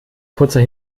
kurzer